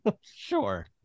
Sure